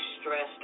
stressed